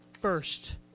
first